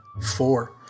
Four